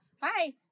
Hi